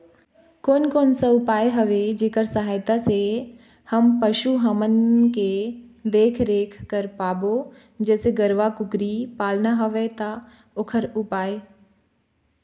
कोन कौन सा उपाय हवे जेकर सहायता से हम पशु हमन के देख देख रेख कर पाबो जैसे गरवा कुकरी पालना हवे ता ओकर उपाय?